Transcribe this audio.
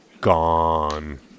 gone